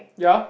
ya